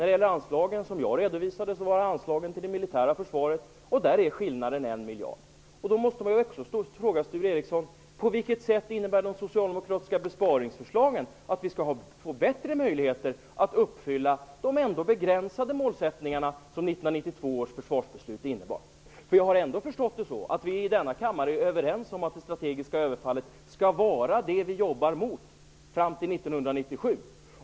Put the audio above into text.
De anslag som jag redovisade var anslagen till det militära försvaret, och där är skillnaden 1 miljard. Då måste man också fråga, Sture Ericson: På vilket sätt innebär de socialdemokratiska besparingsförslagen att vi skall få bättre möjligheter att uppfylla de begränsade målsättningar som 1992 års försvarsbeslut innebar? Jag har förstått att vi i denna kammare är överens om att det strategiska överfallet skall vara det vi jobber mot fram till 1997.